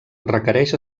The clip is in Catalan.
requereix